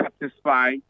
satisfy